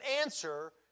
answer